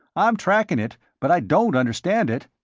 i'm trackin' it, but i don't understand it.